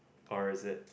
or is it